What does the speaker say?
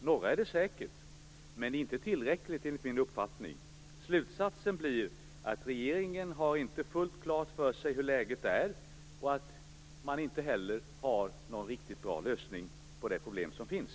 Några är det säkert, men inte tillräckligt många enligt min uppfattning. Slutsatsen blir att regeringen inte har fullt klart för sig hur läget är. Man har inte heller någon riktigt bra lösning på de problem som finns.